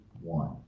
one